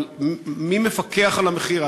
אבל מי מפקח על המחיר,